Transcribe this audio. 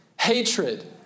hatred